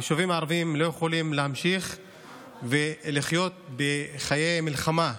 היישובים הערביים לא יכולים להמשיך ולחיות בחיי מלחמה,